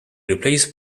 replaced